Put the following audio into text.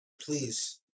Please